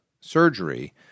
surgery